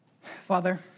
Father